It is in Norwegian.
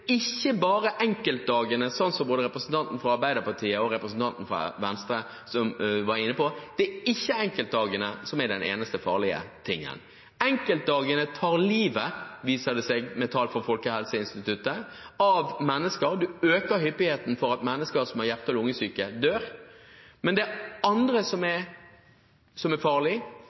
ikke, som både representanten fra Arbeiderpartiet og representanten fra Venstre var inne på, bare enkeltdagene som er det eneste som er farlig. Enkeltdagene tar livet av mennesker, viser tall fra Folkehelseinstituttet – risikoen øker for at mennesker som er hjerte- og lungesyke, dør. Men det er også andre ting som